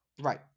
Right